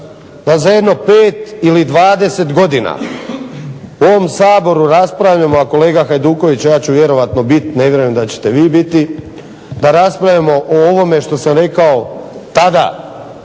da za jedno 5 ili 20 godina u ovom Saboru raspravljamo, a kolega Hajduković ja ću vjerojatno biti, ne vjerujem da ćete vi biti da raspravljamo o ovome što sam rekao tada